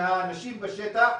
מהאנשים בשטח,